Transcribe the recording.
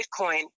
Bitcoin